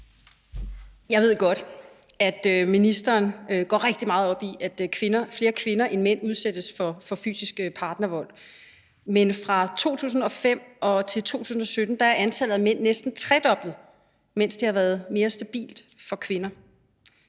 Jeg ved godt, at ministeren går rigtig meget op i, at flere kvinder end mænd udsættes for fysisk partnervold. Men fra 2005 til 2017 er antallet af mænd næsten tredoblet, mens det har været mere stabilt for kvinder.